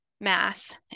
mass